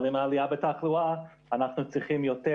אבל עם העלייה בתחלואה אנחנו צריכים יותר